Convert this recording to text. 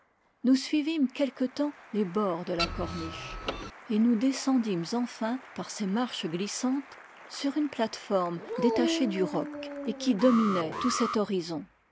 nous suivîmes quelque temps les bords de la corniche et nous descendîmes enfin par ces marches glissantes sur une plate-forme détachée du roc et qui dominait tout cet horizon